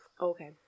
Okay